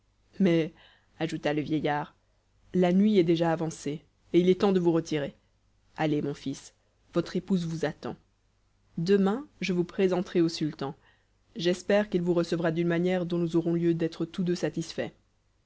mais ajouta le vieillard la nuit est déjà avancée et il est temps de vous retirer allez mon fils votre épouse vous attend demain je vous présenterai au sultan j'espère qu'il vous recevra d'une manière dont nous aurons lieu d'être tous deux satisfaits